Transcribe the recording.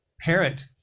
parent